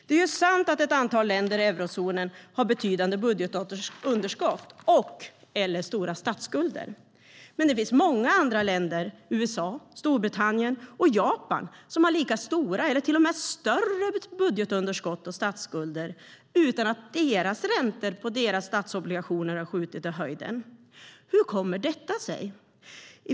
Det är sant att ett antal länder i eurozonen har betydande budgetunderskott och/eller stora statsskulder. Men det finns många andra länder - USA, Storbritannien och Japan - som har lika stora eller till och med större budgetunderskott och statsskulder utan att räntorna på deras statsobligationer har skjutit i höjden. Hur kommer detta sig?